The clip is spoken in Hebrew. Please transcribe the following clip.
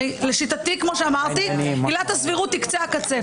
לשיטתי, כמו שאמרתי, עילת הסבירות היא קצה הקצה.